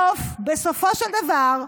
בסוף, בסופו של דבר,